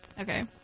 Okay